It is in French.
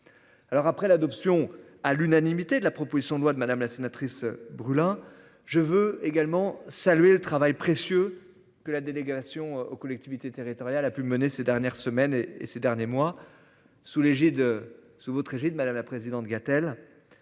Alors après l'adoption à l'unanimité de la proposition de loi de madame la sénatrice brûle hein, je veux également saluer le travail précieux que la délégation aux collectivités territoriales a pu mener ces dernières semaines et ces derniers mois sous l'égide sous votre égide madame la présidente Gatel.